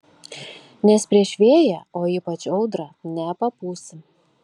nes prieš vėją o ypač audrą nepapūsi